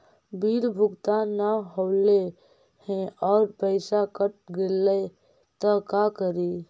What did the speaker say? Bill भुगतान न हौले हे और पैसा कट गेलै त का करि?